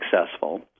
successful